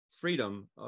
freedom